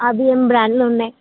అదేం బ్రాండ్లున్నాయి